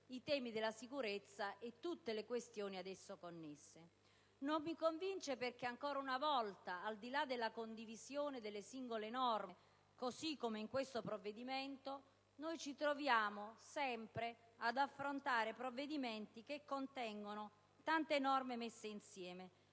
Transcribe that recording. i temi della sicurezza e tutte le questioni ad esso connesse. Non mi convince perché, ancora una volta, di là della condivisione delle singole norme così come in questo provvedimento, noi ci troviamo sempre ad affrontare provvedimenti che contengono tante norme messe insieme